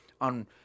on